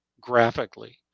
graphically